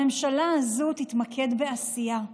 הממשלה הזאת תתמקד בעשייה,